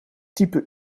type